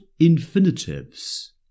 infinitives